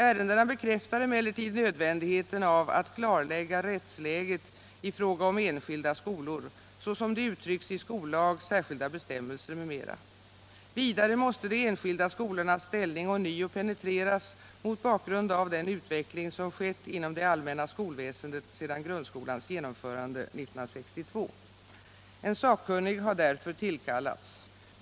Ärendena bekräftar emellertid nödvändigheten av att klarlägga rättsläget i fråga om enskilda skolor såsom det uttrycks i skollag, särskilda bestämmelser m.m. Vidare måste de enskilda skolornas ställning ånyo penetreras mot bakgrund av den utveckling som skett inom det allmänna skolväsendet sedan grundskolans genomförande 1962. En sakkunnig har därför tillkallats.